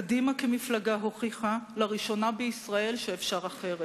קדימה כמפלגה הוכיחה, לראשונה בישראל, שאפשר אחרת,